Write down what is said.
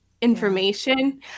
information